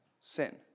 sin